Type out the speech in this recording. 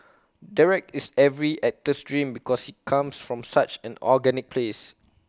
Derek is every actor's dream because he comes from such an organic place